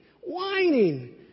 whining